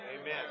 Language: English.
Amen